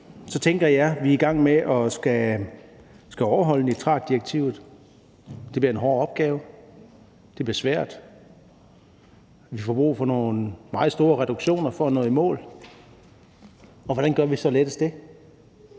tænker jeg, at vi er i gang med at skulle overholde nitratdirektivet. Det bliver en hård opgave. Det bliver svært. Vi får brug for nogle meget store reduktioner for at nå i mål. Hvordan gør vi så lettest det?